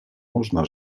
można